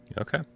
Okay